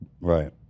Right